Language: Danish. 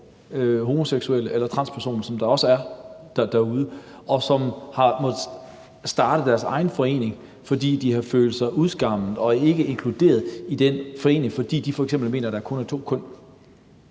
homoseksuelle eller transpersoner, som der også er derude, og som har måttet starte deres egen forening, fordi de har følt sig udskammet og ikke inkluderet i den forening, fordi de f.eks. mener, at der kun er to køn.